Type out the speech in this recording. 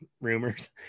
Rumors